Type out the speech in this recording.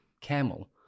camel